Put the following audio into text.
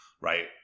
right